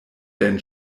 denn